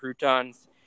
croutons